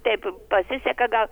taip pasiseka gal